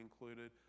included